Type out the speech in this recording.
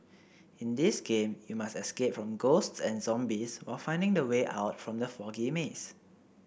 in this game you must escape from ghosts and zombies while finding the way out from the foggy maze